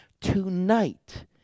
Tonight